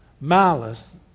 malice